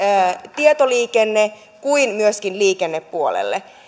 tietoliikenne kuin myöskin liikennepuolelle